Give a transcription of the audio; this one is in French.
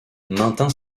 maintint